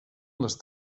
les